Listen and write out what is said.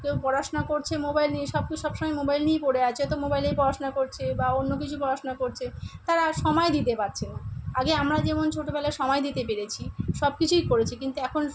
কেউ পড়াশুনা করছে মোবাইল নিয়ে সব সবসময় মোবাইল নিয়েই পড়ে আছে হয়তো মোবাইলেই পড়াশুনা করছে বা অন্য কিছু পড়াশুনা করছে তারা আর সময় দিতে পারছে না আগে আমরা যেমন ছোটোবেলায় সময় দিতে পেরেছি সব কিছুই করেছি কিন্তু এখন